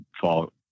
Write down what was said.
fall